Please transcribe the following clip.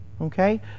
Okay